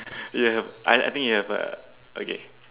ya I think you have a okay